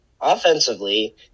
offensively